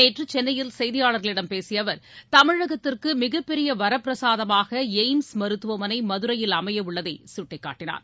நேற்று சென்னையில் செய்தியாளர்களிடம் பேசிய அவர் தமிழகத்திற்கு மிகப்பெரிய வரப்பிரசாதமாக எய்ம்ஸ் மருத்துவமனை மதுரையில் அமையவுள்ளதை சுட்டிக்காட்டினார்